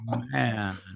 man